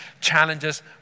challenges